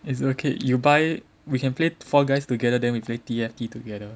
it's ok you buy we can play Fall Guys together then we play T_F_T together